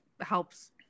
helps